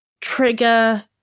trigger